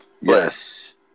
Yes